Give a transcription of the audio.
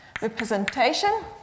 representation